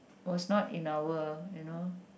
was not in our you know